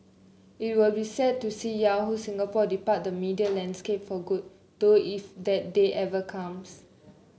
it will be sad to see Yahoo Singapore depart the media landscape for good though if that day ever comes